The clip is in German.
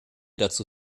dazu